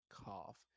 cough